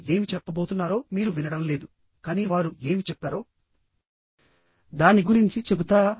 వారు ఏమి చెప్పబోతున్నారో మీరు వినడం లేదు కానీ వారు ఏమి చెప్పారో దాని గురించి చెబుతారా